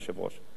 אני משוחרר?